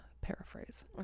paraphrase